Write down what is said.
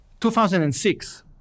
2006